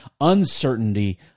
uncertainty